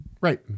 right